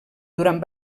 durant